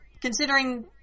considering